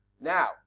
Now